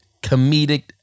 comedic